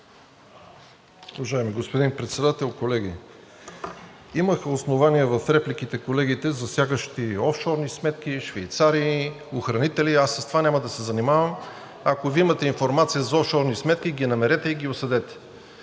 Уважаеми господин Председател, колеги! Имаха основание в репликите колегите, засягащи офшорни сметки, Швейцарии, охранители – аз с това няма да се занимавам. Ако Вие имате информация за офшорни сметки, намерете ги и ги осъдете.